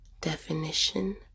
Definition